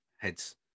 head's